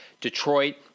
Detroit